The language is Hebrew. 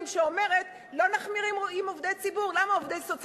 שאומרת: לא נחמיר בנוגע לעובדי ציבור.